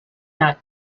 that